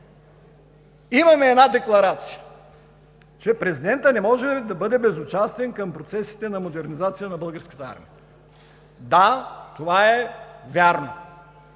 Имаме една декларация, че президентът не може да бъде безучастен към процесите на модернизация на Българската армия. Да, това е вярно,